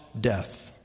death